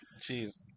Jeez